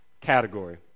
category